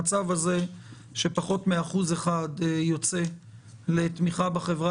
המצב הזה שפחות מאחוז אחד יוצא לתמיכה בחברה